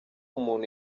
umuntu